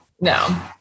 No